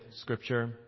Scripture